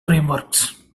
frameworks